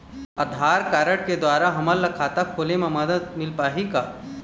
आधार card के द्वारा हमन ला खाता खोले म मदद मिल पाही का?